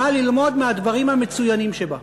מה ללמוד מהדברים המצוינים שבה.